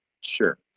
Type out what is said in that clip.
Sure